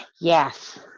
Yes